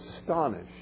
astonished